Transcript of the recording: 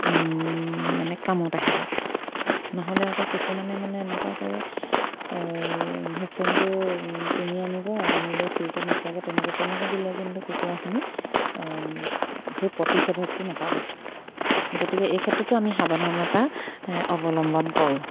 মানে কামত আহিব নহ'লে আকৌ কিছুমানে মানে এনেকুৱা কৰে ভেকচিনটো কিনি আনিব আনিলৈ ফ্ৰীজত নোথোৱাকৈ তেনেকৈ তেনেকৈ দিলে কিন্তু কুকুৰাখিনি সেই প্ৰতিষেধকটো নাপাব গতিকে এই ক্ষেত্ৰতো আমি সাৱধানতা অৱলম্বন কৰোঁ